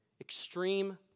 extreme